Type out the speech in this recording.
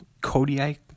Kodiak